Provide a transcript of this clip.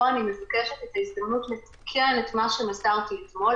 פה אני מבקשת את ההזדמנות לתקן את מה שמסרתי אתמול.